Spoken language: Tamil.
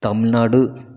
தமிழ்நாடு